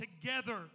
together